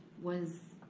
was